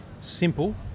simple